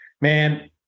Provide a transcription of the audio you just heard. Man